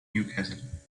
newcastle